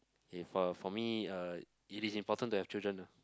if uh for me uh it is important to have children ah